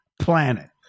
Planet